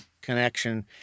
connection